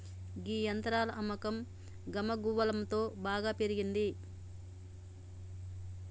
గీ యంత్రాల అమ్మకం గమగువలంతో బాగా పెరిగినంది